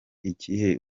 ikihe